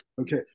Okay